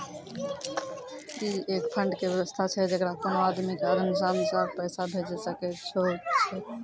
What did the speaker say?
ई एक फंड के वयवस्था छै जैकरा कोनो आदमी के आदेशानुसार पैसा भेजै सकै छौ छै?